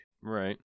Right